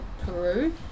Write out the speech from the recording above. Peru